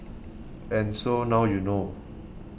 and so now you know